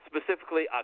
specifically